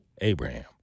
Abraham